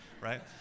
right